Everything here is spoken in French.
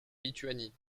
lituanie